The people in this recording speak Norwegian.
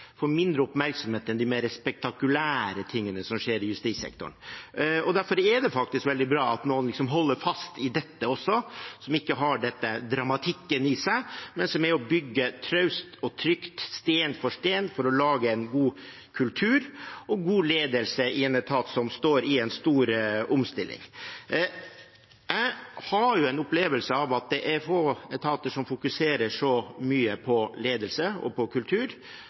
får mindre oppmerksomhet enn de mer spektakulære tingene som skjer i justissektoren. Derfor er det faktisk veldig bra at noen holder fast også i dette som ikke har denne dramatikken i seg, og som er med og bygger traust og trygt, sten for sten, for å lage en god kultur og god ledelse i en etat som står i en stor omstilling. Jeg har en opplevelse av at det er få etater som fokuserer så mye på ledelse og på kultur